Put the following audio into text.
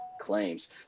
claims